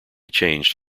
changed